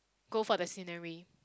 go for the scenery